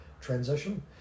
transition